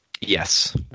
Yes